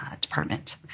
department